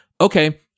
okay